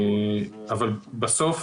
אבל בסוף